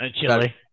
chili